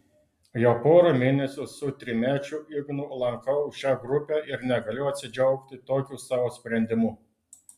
jau porą mėnesių su trimečiu ignu lankau šią grupę ir negaliu atsidžiaugti tokiu savo sprendimu